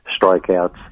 strikeouts